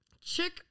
Chick